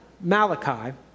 Malachi